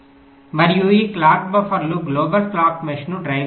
మరియు ఈ క్లాక్ బఫర్లు గ్లోబల్ క్లాక్ మెష్ను డ్రైవ్ చేస్తాయి